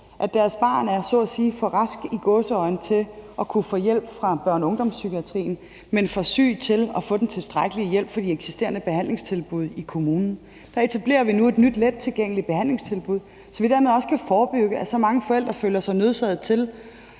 at sige er for rask – i gåseøjne – til at kunne få hjælp fra børne- og ungdomspsykiatrien, men for syg til at få den tilstrækkelige hjælp fra de eksisterende behandlingstilbud i kommunen. Der etablerer vi nu et nyt lettilgængeligt behandlingstilbud, så vi dermed også kan forebygge, at så mange forældre føler sig nødsaget til